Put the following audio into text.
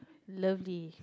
lovely